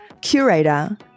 curator